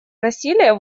насилия